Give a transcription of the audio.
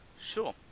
Sure